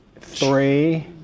three